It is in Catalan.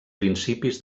principis